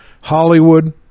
Hollywood